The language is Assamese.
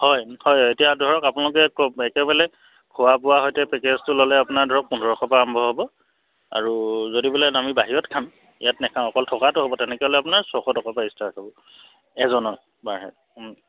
হয় হয় এতিয়া ধৰক আপোনালোকে ক একে বোলে খোৱা বোৱা সৈতে পেকেজটো ল'লে আপোনাৰ ধৰক পোন্ধৰশ পৰা আৰম্ভ হ'ব আৰু যদি বোলে আমি বাহিৰত খাম ইয়াত নাখাও অকল থকাতো হ'ব তেনেকৈ হ'লে আপোনাৰ ছশ টকাৰ পৰা ষ্টাৰ্ট হ'ব এজনৰ পাৰ হেড